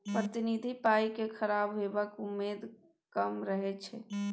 प्रतिनिधि पाइ केँ खराब हेबाक उम्मेद कम रहै छै